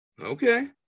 okay